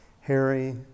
Harry